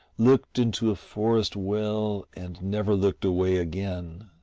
looked into a forest well and never looked away again.